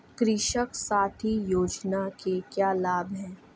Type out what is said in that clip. कृषक साथी योजना के क्या लाभ हैं?